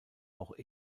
auch